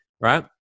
right